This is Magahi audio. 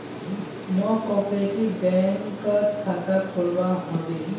मौक कॉपरेटिव बैंकत खाता खोलवा हबे